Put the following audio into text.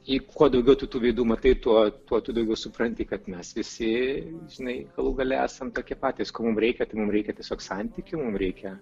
ir kuo daugiau tų veidų matai tuo tuo daugiau supranti kad mes visi žinai galų gale esam tokie patys ko mums reikia jai mum reikia tiesiog santykių mum reikia